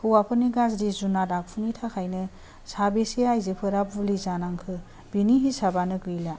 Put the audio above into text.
हौवाफोरनि गाज्रि जुनार आखुनि थाखायनो साबेसे आइजोफोरा बुलि जानांखो बेनि हिसाबानो गैला